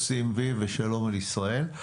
עושים "וי" ושלום על ישראל.